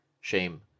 Shame